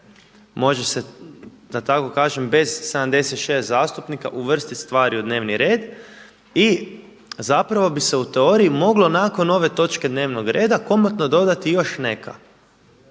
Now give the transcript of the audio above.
može se da tako kažem bez 76 zastupnika uvrstiti stvari u dnevni red i bi se u teoriji moglo nakon ove točke dnevnog reda komotno dodati još neka.